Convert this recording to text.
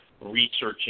researching